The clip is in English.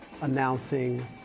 announcing